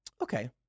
Okay